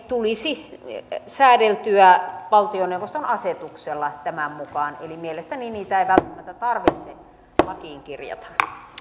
tulisi säädeltyä valtioneuvoston asetuksella tämän mukaan eli mielestäni niitä ei välttämättä tarvitse lakiin kirjata